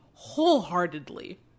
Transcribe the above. wholeheartedly